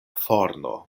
forno